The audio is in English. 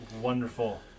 Wonderful